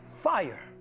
fire